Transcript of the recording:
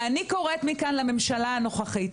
ואני קוראת מכאן לממשלה הנוכחית,